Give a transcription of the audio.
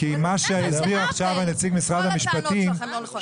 כל הטענות שלכם לא נכונות.